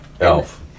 Elf